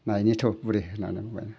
नायनि थौ बुरि होननानै होनबाय